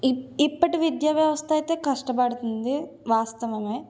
ఈ ఇప్పటి విద్యా వ్యవస్థ అయితే కష్టపడతంది వాస్తవమే